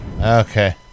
Okay